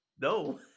No